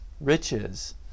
riches